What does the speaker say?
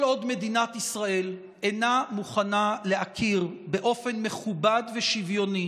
כל עוד מדינת ישראל אינה מוכנה להכיר באופן מכובד ושוויוני